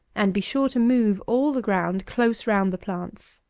and be sure to move all the ground close round the plants.